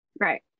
right